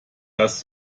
das